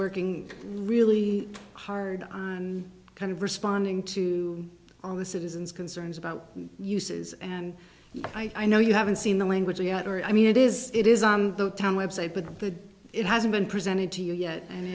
working really hard and kind of responding to all the citizens concerns about the uses and i know you haven't seen the language yet or i mean it is it is on the town website but the it hasn't been presented to you yet and